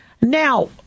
Now